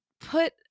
put